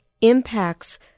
impacts